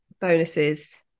bonuses